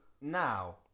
now